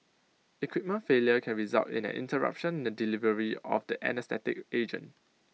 equipment failure can result in an interruption in the delivery of the anaesthetic agent